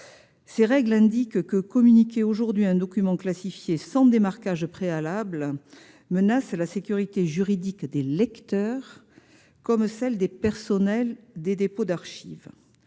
Ces règles indiquent que communiquer aujourd'hui un document classifié sans démarquage préalable menace la sécurité juridique des lecteurs comme celle des personnels des dépôts d'archives.